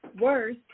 Worse